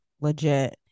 legit